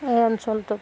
এই অঞ্চলটোত